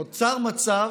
נוצר מצב